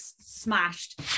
smashed